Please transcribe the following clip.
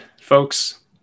folks